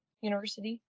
university